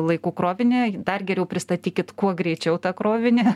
laiku krovinį dar geriau pristatykit kuo greičiau tą krovinį